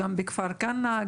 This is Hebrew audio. גם בכפר כנא,